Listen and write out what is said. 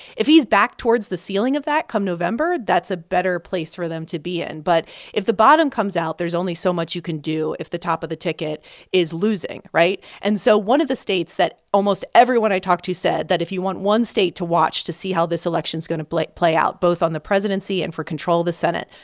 if he's back towards the ceiling of that november, that's a better place for them to be in. and but if the bottom comes out, there's only so much you can do if the top of the ticket is losing, right? and so one of the states that almost everyone i talked to said that if you want one state to watch to see how this election is going to play play out both on the presidency and for control of the senate,